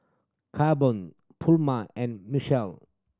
Carbon Puma and Michele